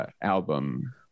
album